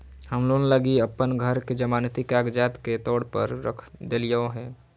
हम लोन लगी अप्पन घर के जमानती कागजात के तौर पर रख देलिओ हें